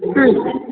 ಹಾಂ